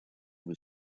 with